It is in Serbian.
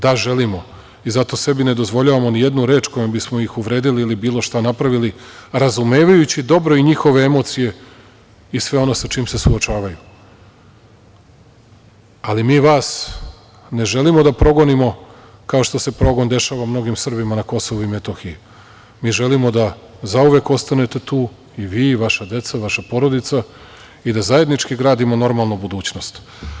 Da, želimo, i zato sebi ne dozvoljavamo ni jednu reč kojom bismo ih uvredili ili bilo šta napravili, razumevajući dobro i njihove emocije i sve ono sa čim se suočavaju, ali mi vas ne želimo da progonimo kao što se progon dešava mnogim Srbima na KiM, mi želimo da zauvek ostanete tu, i vi i vaša deca, vaša porodica, i da zajednički gradimo normalnu budućnost.